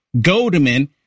Goldman